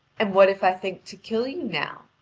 and what if i think to kill you now?